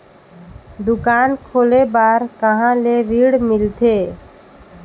दुकान खोले बार कहा ले ऋण मिलथे?